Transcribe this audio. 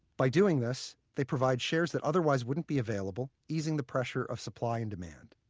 by doing this, they provide shares that otherwise wouldn't be available, easing the pressure of supply and demand.